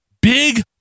big